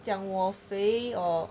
讲我肥 or